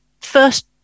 first